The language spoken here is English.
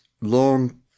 long